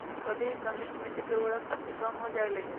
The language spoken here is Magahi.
कथी के कमी से मिट्टी के उर्वरक शक्ति कम हो जावेलाई?